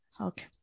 Okay